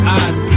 eyes